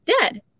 dead